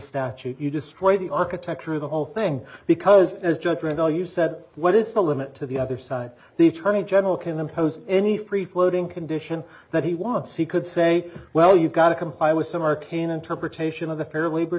statute you destroy the architecture of the whole thing because as judge rainbow you said what is the limit to the other side the attorney general can impose any free floating condition that he wants he could say well you've got to comply with some arcane interpretation of the fair